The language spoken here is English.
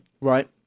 Right